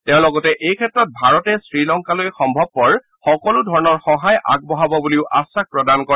তেওঁ লগতে এই ক্ষেত্ৰত ভাৰতে শ্ৰীলংকালৈ সম্ভৱপৰ সকলো ধৰণৰ সহায় আগবঢ়াব বুলিও আশ্বাস প্ৰদান কৰে